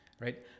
Right